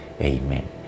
Amen